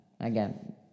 Again